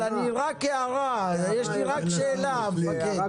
יש לי הערה קצרה.